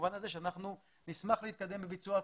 במובן הזה שאנחנו נשמח להתקדם בביצוע הפעילות.